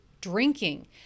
drinking